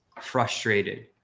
Frustrated